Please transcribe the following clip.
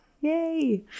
Yay